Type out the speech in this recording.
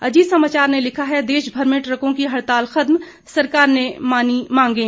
अजीत समाचार ने लिखा है देश भर में ट्रकों की हड़ताल खत्म सरकार ने मानी मांगें